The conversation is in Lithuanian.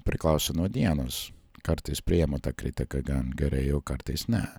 priklauso nuo dienos kartais priimu tą kritiką gan gerai o kartais ne